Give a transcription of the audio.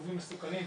סיבובים מסוכנים,